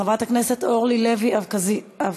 חברת הכנסת אורלי לוי אבקסיס,